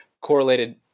correlated